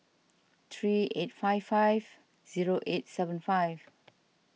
three eight five five zero eight seven five